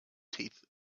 teeth